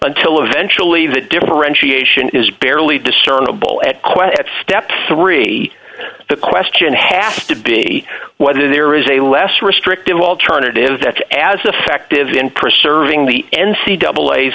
until eventually the differentiation is barely discernible at quest at step three the question has to be whether there is a less restrictive alternative that's as effective in preserving the n c double a